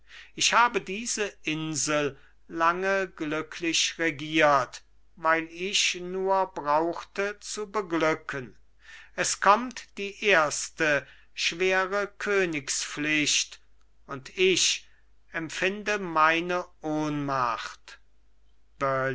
ich habe diese insel lange glücklich regiert weil ich nur brauchte zu beglücken es kommt die erste schwere königspflicht und ich empfinde meine ohnmacht